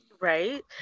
Right